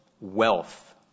wealth